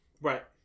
Right